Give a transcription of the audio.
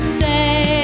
say